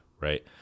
right